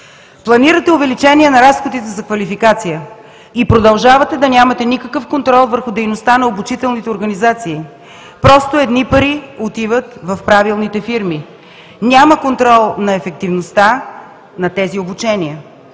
Планирате увеличение на разходите за квалификация и продължавате да нямате никакъв контрол върху дейността на обучителните организации. Просто едни пари отиват в правилните фирми. Няма контрол на ефективността на тези обучения.